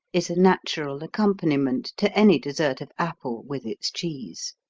is a natural accompaniment to any dessert of apple with its cheese.